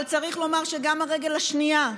אבל צריך לומר שגם הרגל השנייה,